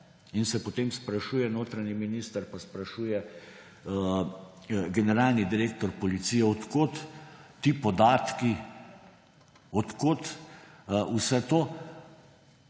In se potem sprašuje notranji minister in sprašuje generalni direktor policije, od kod ti podatki, od kod vse to.